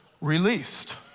released